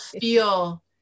feel